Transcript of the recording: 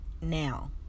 now